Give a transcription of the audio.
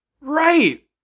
Right